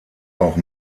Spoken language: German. auch